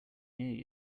near